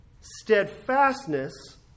steadfastness